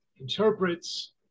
interprets